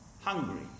hungry